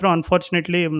Unfortunately